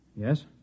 Yes